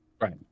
Right